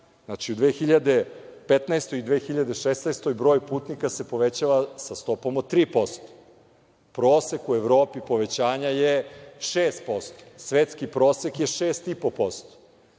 Znači, u 2015. i 2016. godini, broj putnika se povećava sa stopom od 3%, prosek u Evropi povećanja je 6%, svetski prosek je 6,5%,